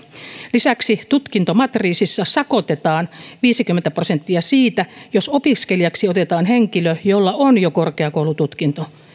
lisäksi tutkintomatriisissa sakotetaan viisikymmentä prosenttia siitä jos opiskelijaksi otetaan henkilö jolla jo on korkeakoulututkinto